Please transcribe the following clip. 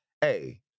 Hey